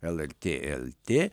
lrt lt